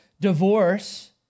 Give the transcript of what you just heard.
divorce